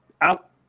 out